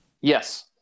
Yes